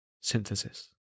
synthesis